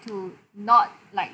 to not like